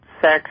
sex